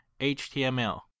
html